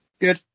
Good